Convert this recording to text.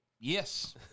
Yes